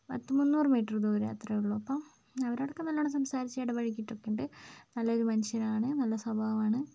പത്തുമൂന്നൂറ് metre ദൂരം അത്രയേ ഉള്ളു അപ്പം അവരോടൊക്കെ നല്ലോണം സംസാരിച്ചു ഇടപഴകിയിട്ടൊക്കെ ഉണ്ട് നല്ലൊരു മനുഷ്യനാണ് നല്ല സ്വഭാവം ആണ്